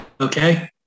Okay